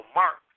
mark